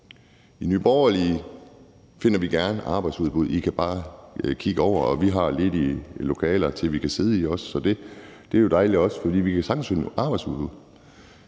I Nye Borgerlige finder vi gerne noget arbejdsudbud. I kan bare kigge over til os. Vi har ledige lokaler, som vi kan sidde i, og det er jo dejligt. Vi kan sagtens finde noget arbejdsudbud,